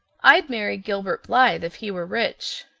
i'd marry gilbert blythe if he were rich.